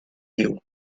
you